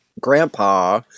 grandpa